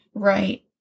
Right